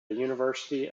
university